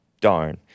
darn